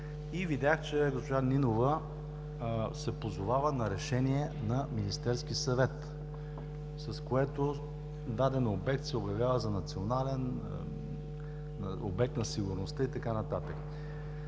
И видях, че госпожа Нинова се позовава на решение на Министерския съвет, с което даден обект се обявява за национален, обект на сигурността и така нататък.